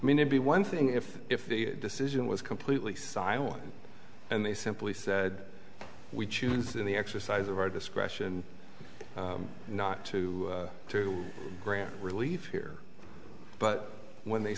mean to be one thing if if the decision was completely silent and they simply said we choose in the exercise of our discretion not to to grant relief here but when they